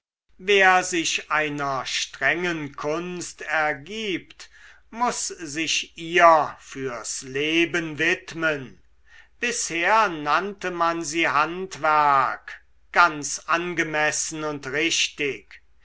wer sich einer strengen kunst ergibt muß sich ihr fürs leben widmen bisher nannte man sie handwerk ganz angemessen und richtig